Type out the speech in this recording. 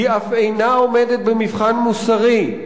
היא אף אינה עומדת במבחן מוסרי,